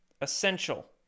essential